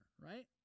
right